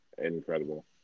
incredible